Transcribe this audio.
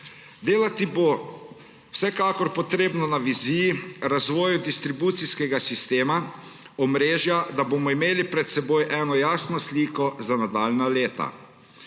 Delati bo vsekakor potrebno na viziji razvoja distribucijskega sistema, omrežja, da bomo imeli pred seboj eno jasno sliko za nadaljnja leta.